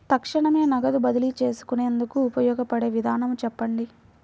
తక్షణమే నగదు బదిలీ చేసుకునేందుకు ఉపయోగపడే విధానము చెప్పండి?